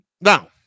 now